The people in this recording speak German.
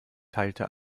teilte